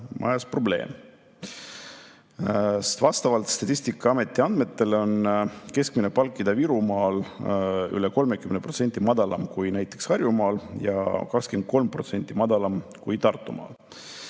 siin probleem. Vastavalt Statistikaameti andmetele on keskmine palk Ida-Virumaal üle 30% madalam kui näiteks Harjumaal ja 23% madalam kui Tartumaal.